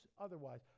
otherwise